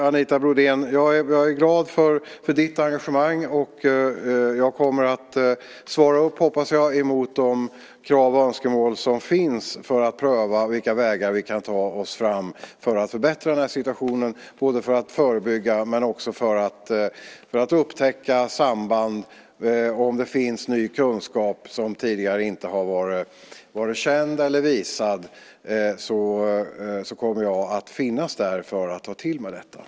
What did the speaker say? Jag är glad för ditt engagemang, Anita Brodén. Jag kommer, hoppas jag, att svara upp mot de krav som finns för att pröva vilka vägar vi kan ta oss fram för att förbättra situationen, både för att förebygga och för att upptäcka samband. Om det finns ny kunskap som tidigare inte har varit känd kommer jag att finnas där för att ta till mig den.